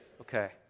Okay